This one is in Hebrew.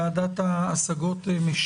תוך כמה זמן משיבה ועדת ההשגות?